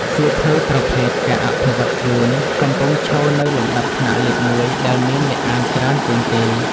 សៀវភៅប្រភេទ ការអភិវឌ្ឍខ្លួន កំពុងឈរនៅលំដាប់ថ្នាក់លេខមួយដែលមានអ្នកអានច្រើនជាងគេ។